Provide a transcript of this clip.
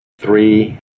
three